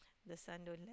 the son don't